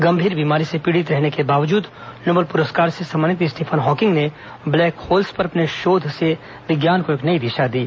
गंभीर बीमारी से पीड़ित रहने के बावजून नोबल प्रस्कार से सम्मानित स्टीफन हॉकिंग ने ब्लैक होल्स पर अपने शोध से विज्ञान को एक नई दिशा दी